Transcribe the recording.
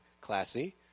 classy